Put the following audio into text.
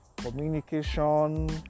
Communication